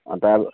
अन्त अब